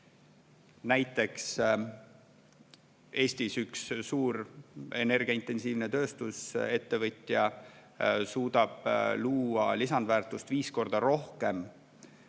Näiteks Eestis üks suur energiaintensiivne tööstusettevõtja suudab luua paberipuule lisandväärtust viis korda rohkem,